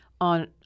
on